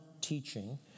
teaching